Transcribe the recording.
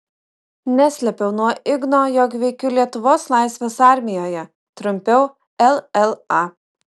neslėpiau nuo igno jog veikiu lietuvos laisvės armijoje trumpiau lla